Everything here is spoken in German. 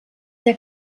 der